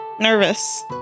nervous